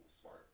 smart